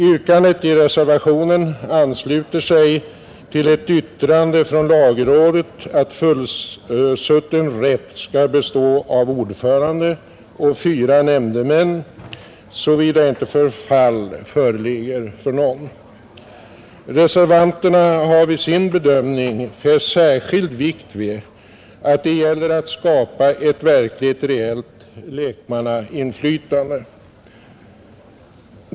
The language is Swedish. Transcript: Yrkandet i denna reservation ansluter sig till ett yttrande från lagrådet att fullsutten rätt skall bestå av ordförande och fyra nämndemän, såvida inte förfall föreligger för någon. Reservanterna har vid sin bedömning fäst särskild vikt vid att det gäller att skapa ett verkligt reellt lekmannainflytande.